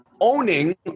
owning